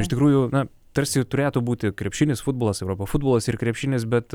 iš tikrųjų na tarsi turėtų būti krepšinis futbolas europa futbolas ir krepšinis bet